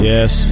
Yes